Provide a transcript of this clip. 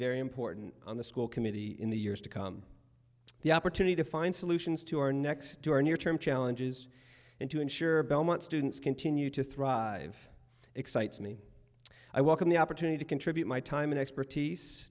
very important on the school committee in the years to come the opportunity to find solutions to our next door near term challenges and to ensure belmont students continue to thrive excites me i welcome the opportunity to contribute my time and expertise